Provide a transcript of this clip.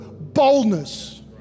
boldness